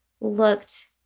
looked